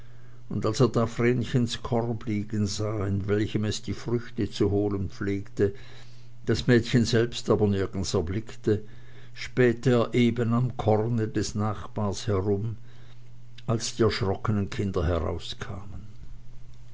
und als er da vrenchens korb liegen sah in welchem es die früchte zu holen pflegte das mädchen selbst aber nirgends erblickte spähte er eben am korne des nachbars herum als die erschrockenen kinder herauskamen